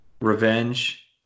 revenge